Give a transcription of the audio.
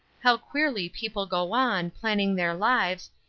how queerly people go on, planning their lives,